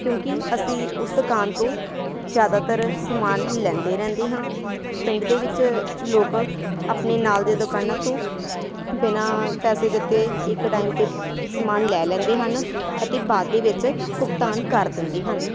ਕਿਉਂਕਿ ਅਸੀਂ ਉਸ ਦੁਕਾਨ ਤੋਂ ਜ਼ਿਆਦਾਤਰ ਸਮਾਨ ਲੈਂਦੇ ਰਹਿੰਦੇ ਹਾਂ ਪਿੰਡ ਦੇ ਵਿੱਚ ਲੋਕ ਆਪਣੇ ਨਾਲ ਦੀਆਂ ਦੁਕਾਨਾਂ ਤੋਂ ਬਿਨਾਂ ਪੈਸੇ ਦਿੱਤੇ ਇੱਕ ਟਾਈਮ 'ਤੇ ਸਮਾਨ ਲੈ ਲੈਂਦੇ ਹਨ ਅਤੇ ਬਾਅਦ ਦੇ ਵਿੱਚ ਭੁਗਤਾਨ ਕਰ ਦਿੰਦੇ ਹਨ